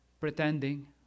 pretending